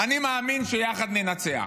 אני מאמין שיחד ננצח,